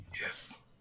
Yes